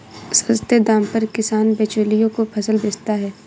सस्ते दाम पर किसान बिचौलियों को फसल बेचता है